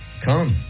come